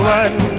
one